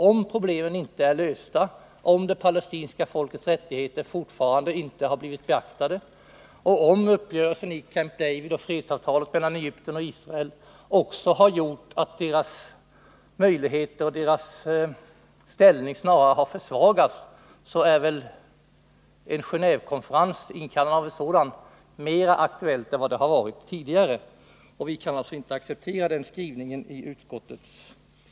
Om problemen inte är lösta, om det palestinska folkets rättigheter fortfarande inte har blivit beaktade och om uppgörelsen i Camp David och fredsavtalet mellan Egypten och Israel har gjort att palestiniernas ställning snarare har försvagats, så är väl inkallande av en Gen&vekonferens mera aktuellt nu än tidigare. Vi kan alltså inte acceptera utskottets skrivning härvidlag.